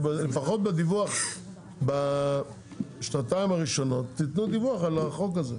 שלפחות בדיווח בשנתיים הראשונות תתנו דיווח על החוק הזה.